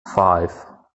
five